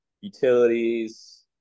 utilities